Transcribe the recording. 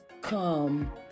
come